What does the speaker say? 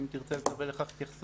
אם תרצה לקבל על כך התייחסות.